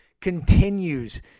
continues